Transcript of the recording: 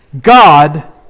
God